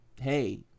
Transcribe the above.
hey